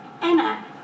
Anna